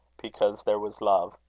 because there was love.